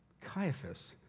Caiaphas